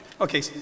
okay